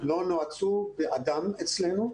לא נועצו באדם אצלנו.